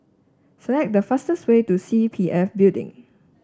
select the fastest way to C P F Building